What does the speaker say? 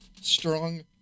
strong